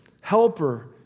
helper